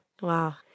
Wow